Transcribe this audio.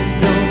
no